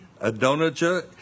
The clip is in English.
Adonijah